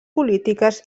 polítiques